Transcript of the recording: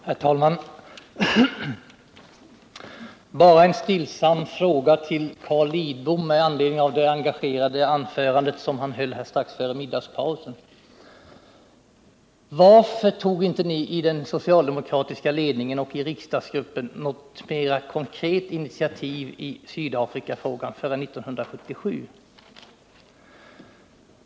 Herr talman! Bara en stillsam fråga till Carl Lidbom med anledning av det engagerade anförande han höll strax före middagspausen: Varför tog inte den socialdemokratiska ledningen och riksdagsgruppen något mera konkret initiativ i Sydafrikafrågan förrän 1977?